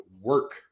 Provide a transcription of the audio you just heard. work